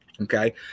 okay